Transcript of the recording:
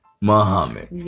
Muhammad